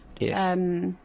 Yes